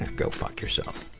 go fuck yourself.